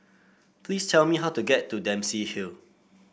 please tell me how to get to Dempsey Hill